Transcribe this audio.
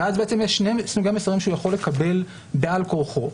ואז יש שני סוגי מסרים שהוא יכול לקבל בעל כורחו.